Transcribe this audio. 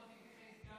יכולת להתייחס, ב.